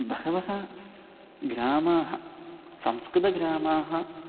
बहवः ग्रामाः संस्कृतग्रामाः